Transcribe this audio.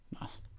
Nice